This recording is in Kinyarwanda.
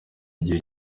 gihe